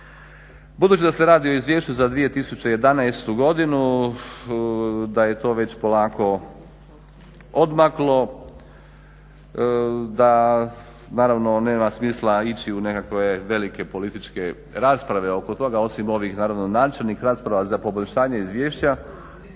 Budući da se radi o izvješću za 2011.godinu da je to već polako odmaklo da naravno nema smisla ići u nekakve velike političke rasprave oko toga osim ovih načelnih rasprava za poboljšanje izvješća,